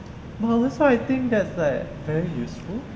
but also I think that's like very useful